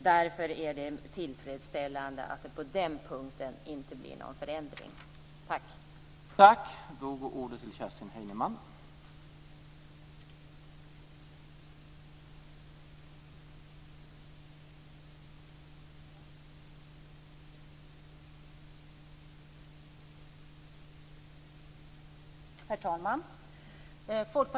Därför är det tillfredsställande att det inte blir någon förändring på den punkten.